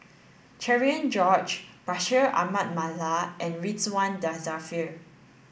Cherian George Bashir Ahmad Mallal and Ridzwan Dzafir